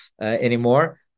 anymore